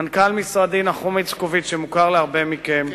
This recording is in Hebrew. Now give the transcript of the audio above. מנכ"ל משרדי, נחום איצקוביץ, המוכר להרבה מכם,